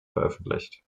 veröffentlicht